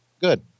good